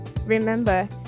Remember